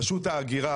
רשות ההגירה,